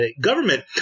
government